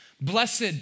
Blessed